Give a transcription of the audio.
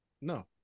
No